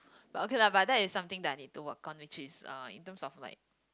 but okay lah but that is something that I need to work on which is uh in terms of like